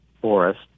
forest